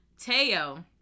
Teo